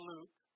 Luke